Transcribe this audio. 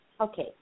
Okay